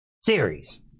series